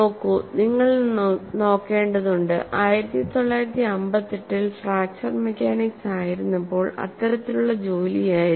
നോക്കൂ നിങ്ങൾ നോക്കേണ്ടതുണ്ട് 1958 ൽ ഫ്രാക്ചർ മെക്കാനിക്സ് ആയിരുന്നപ്പോൾ ഇത്തരത്തിലുള്ള ജോലിയായിരുന്നു